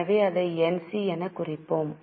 எனவே அதை NC எனக் குறிப்போம்